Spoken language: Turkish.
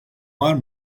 var